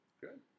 Good